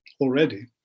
already